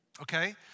okay